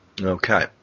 Okay